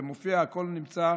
זה מופיע, הכול נמצא,